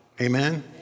Amen